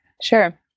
Sure